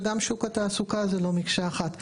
וגם שוק התעסוקה זה לא מקשה אחת.